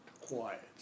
Quiet